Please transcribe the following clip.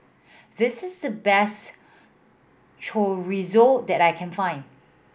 this is the best Chorizo that I can find